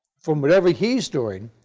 from whatever he is doing,